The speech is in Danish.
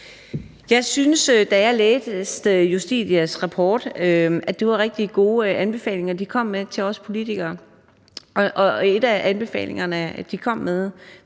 (DF): Da jeg læste Justitias rapport, syntes jeg, at det var rigtig gode anbefalinger, de kom med til os politikere. En af de anbefalinger til, hvad